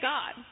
God